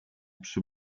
przy